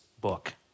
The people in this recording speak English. book